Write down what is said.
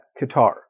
Qatar